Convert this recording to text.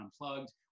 Unplugged